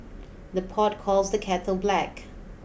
the pot calls the kettle black